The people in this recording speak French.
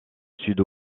sud